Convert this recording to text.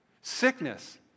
sickness